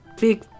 big